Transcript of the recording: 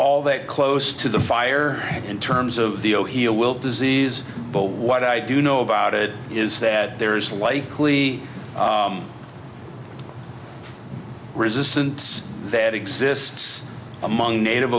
all that close to the fire in terms of the oh he'll wilt disease but what i do know about it is that there is likely resistance that exists among native